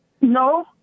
No